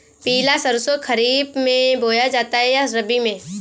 पिला सरसो खरीफ में बोया जाता है या रबी में?